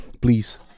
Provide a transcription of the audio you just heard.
please